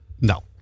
No